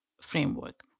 framework